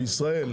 בישראל,